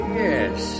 yes